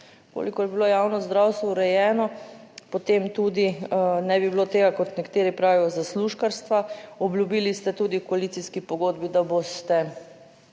kolikor bi bilo javno zdravstvo urejeno, potem tudi ne bi bilo tega, kot nekateri pravijo, zaslužkarstva. Obljubili ste tudi v koalicijski pogodbi, da boste